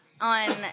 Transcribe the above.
on